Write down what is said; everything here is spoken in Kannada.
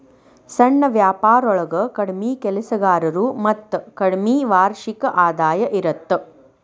ಸಣ್ಣ ವ್ಯಾಪಾರೊಳಗ ಕಡ್ಮಿ ಕೆಲಸಗಾರರು ಮತ್ತ ಕಡ್ಮಿ ವಾರ್ಷಿಕ ಆದಾಯ ಇರತ್ತ